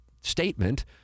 statement